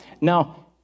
Now